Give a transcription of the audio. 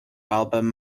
album